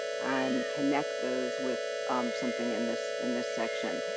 and connect those with something in this in this section.